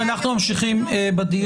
תודה.